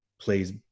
plays